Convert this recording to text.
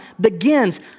begins